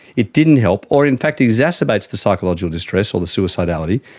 it didn't help, or in fact exacerbates the psychological distress or the suicidality,